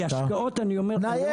השקעות אני אומר פה.